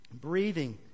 breathing